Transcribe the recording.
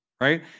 right